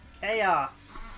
Chaos